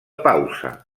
pausa